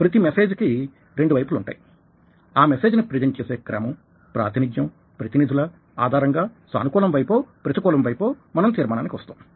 ప్రతి మెసేజ్ కి రెండువైపులుంటాయి ఆ మెసేజ్ ని ప్రెజెంట్ చేసే క్రమం ప్రాతినిధ్యం ప్రతినిధుల ఆధారంగా సానుకూలం వైపో ప్రతికూలం వైపో మనం తీర్మానానికి వస్తాం